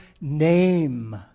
name